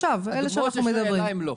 הדוגמאות שיש לי מול העיניים לא.